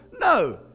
No